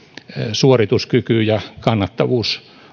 suorituskyky ja kannattavuus